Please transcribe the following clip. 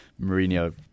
Mourinho